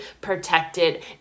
protected